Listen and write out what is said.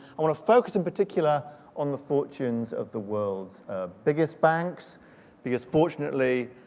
want to focus in particular on the fortunes of the world's biggest banks because fortunately,